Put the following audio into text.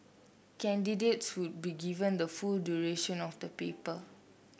candidates would be given the full duration of the paper